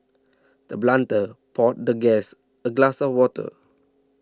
the blunt a poured the guest a glass of water